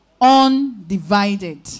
undivided